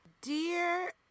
Dear